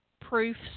proofs